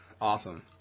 awesome